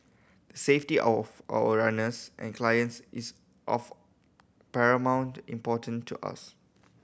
the safety of our runners and clients is of paramount importance to us